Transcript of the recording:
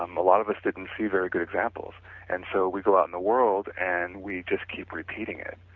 um a lot of us did not and see very good examples and so we go out in the world and we just keep repeating it.